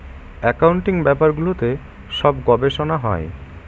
accounting ব্যাপারগুলোতে সব গবেষনা হয়